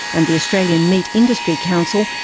and the australian meat industry council,